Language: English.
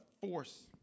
force